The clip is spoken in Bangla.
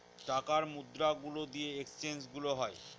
টাকার মুদ্রা গুলা দিয়ে এক্সচেঞ্জ গুলো হয়